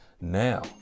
Now